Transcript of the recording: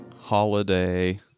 Holiday